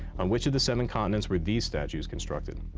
on which of the seven continents were these statues constructed?